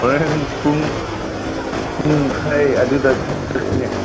ꯍꯣꯔꯦꯟ ꯄꯨꯡ ꯄꯨꯡꯈꯥꯏ ꯑꯗꯨꯗ ꯆꯠꯁꯤꯅꯦ